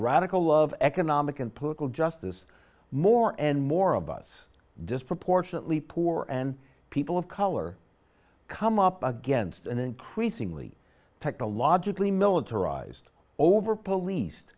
radical of economic and political justice more and more of us disproportionately poor and people of color come up against an increasingly technologically militarized over policed